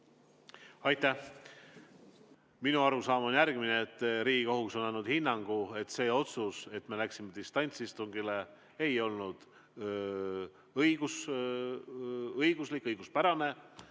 Aitäh! Minu arusaam on järgmine: Riigikohus on andnud hinnangu, et see otsus, et me läksime distantsistungile, ei olnud õiguspärane.